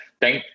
Thank